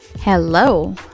Hello